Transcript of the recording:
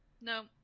no